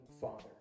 Father